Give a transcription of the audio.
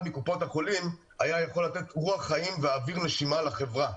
מקופות החולים היה יכול לתת רוח חיים ואויר נשימה לחברה.